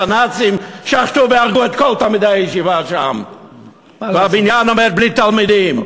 ישיבה שהנאצים שחטו והרגו את כל תלמידיה שם והבניין עומד בלי תלמידים.